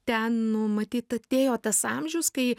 ten nu matyt atėjo tas amžius kai